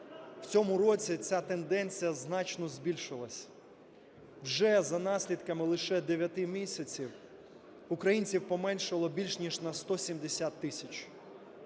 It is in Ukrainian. В цьому році ця тенденція значно збільшилася. Вже за наслідками лише 9 місяців українців поменшало більш ніж на 170 тисяч